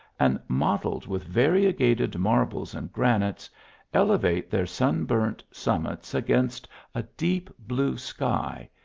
and mottled with variegated marbles and granites, elevate their sun-burnt summits against a deep blue sky,